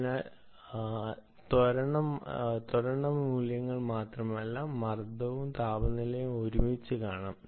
അതിനാൽ ത്വരണം മൂല്യങ്ങൾ മാത്രമല്ല മർദ്ദവും താപനിലയും ഒരുമിച്ച് കാണാം